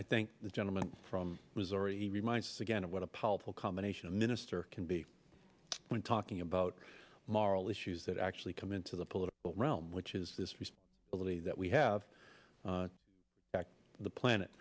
i think the gentleman from missouri reminds us again of what a powerful combination a minister can be when talking about moral issues that actually come into the political realm which is this we believe that we have the planet